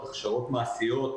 הכשרות מעשיות,